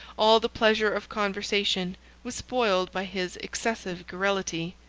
all the pleasure of conversation was spoiled by his excessive garrulity.